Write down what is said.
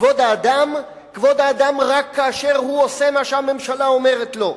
כבוד האדם רק כשהוא עושה מה שהממשלה אומרת לו.